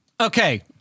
okay